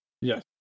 Yes